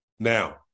now